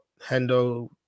Hendo